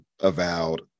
Avowed